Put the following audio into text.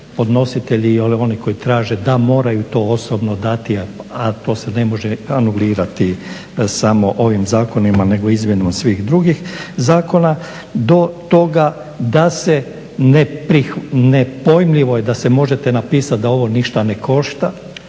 podnositelji i oni koji traže da moraju to osobno dati, a to se ne može … samo ovim zakonima nego izmjenom svih drugih zakona do toga da se, nepojmljivo je da možete napisati da ovo ništa ne košta